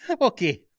Okay